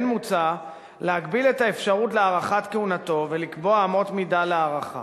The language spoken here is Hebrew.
כן מוצע להגביל את האפשרות להאריך את כהונתו ולקבוע אמות מידה להארכה.